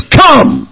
come